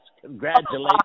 Congratulations